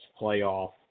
playoff